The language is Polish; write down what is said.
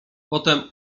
potem